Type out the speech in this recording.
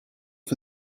for